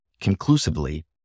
conclusively